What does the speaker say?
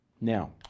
Now